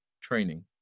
training